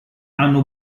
hanno